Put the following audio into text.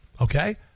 okay